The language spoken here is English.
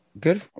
good